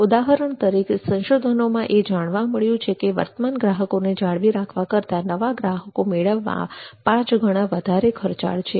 ઉદાહરણ તરીકે સંશોધનોમાં એ જાણવા મળ્યું છે કે વર્તમાન ગ્રાહકોને જાળવી રાખવા કરતા નવા ગ્રાહકો મેળવવા પાંચ ગણા વધુ ખર્ચાળ છે